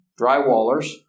drywallers